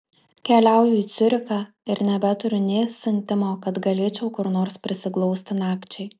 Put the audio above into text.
keliauju į ciurichą ir nebeturiu nė santimo kad galėčiau kur nors prisiglausti nakčiai